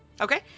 Okay